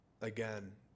Again